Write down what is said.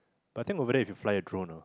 but I think over there if you fly a drone ah